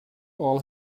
all